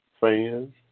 fans